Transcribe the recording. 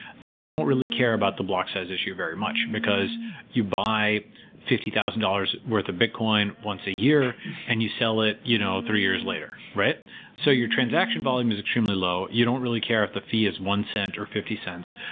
then you don't really care about the block size issue very much, because you buy fifty thousand dollars worth of bitcoin once a year and you sell it you know three years later. so your transaction volume is extremely low. you don't really care if the fee is one cent, or fifty cents,